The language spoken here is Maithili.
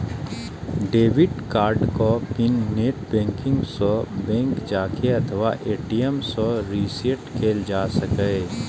डेबिट कार्डक पिन नेट बैंकिंग सं, बैंंक जाके अथवा ए.टी.एम सं रीसेट कैल जा सकैए